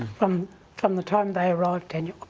from from the time they arrive, daniel,